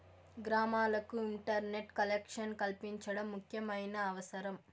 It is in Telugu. గ్రామాలకు ఇంటర్నెట్ కలెక్షన్ కల్పించడం ముఖ్యమైన అవసరం